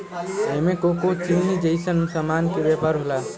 एमे कोको चीनी जइसन सामान के व्यापार होला